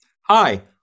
Hi